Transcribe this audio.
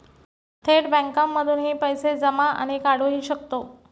थेट बँकांमधूनही पैसे जमा आणि काढुहि शकतो